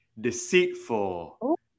deceitful